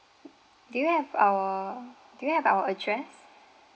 do you have our do you have our address